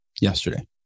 yesterday